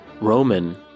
Roman